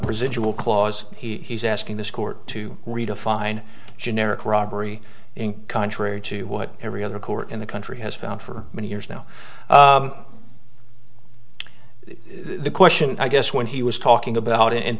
residual clause he's asking this court to redefine generic robbery contrary to what every other court in the country has found for many years now the question i guess when he was talking about it and